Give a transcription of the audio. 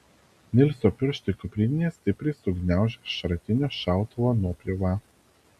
nilso pirštai kuprinėje stipriai sugniaužia šratinio šautuvo nuopjovą